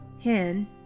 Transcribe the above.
Hen